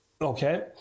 Okay